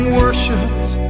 worshipped